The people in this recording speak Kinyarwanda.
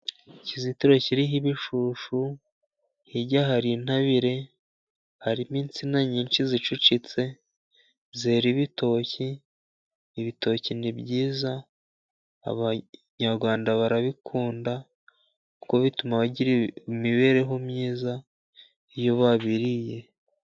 Ikizitiro kiriho ibishushu, hirya hari intabire, harimo insina nyinshi zicucitse, zera ibitoki, ibitoki ni byiza, Abanyarwanda barabikunda kuko bituma bagira imibereho myiza iyo babiriye.